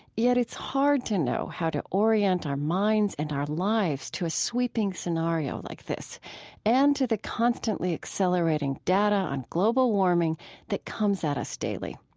yet it's hard to know how to orient our minds and our lives to a sweeping scenario like this and to the constantly accelerating data on global warning that comes at us daily.